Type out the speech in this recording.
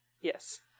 Yes